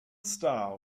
star